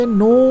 no